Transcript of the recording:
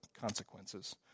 consequences